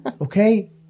Okay